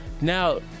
Now